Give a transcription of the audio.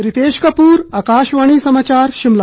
रितेश कपूर आकाशवाणी समाचार शिमला